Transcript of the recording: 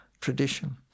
tradition